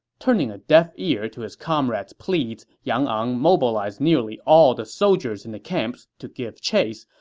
turning a deaf ear to his comrade's pleads, yang ang mobilized nearly all the soldiers in the camps to give chase,